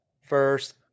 first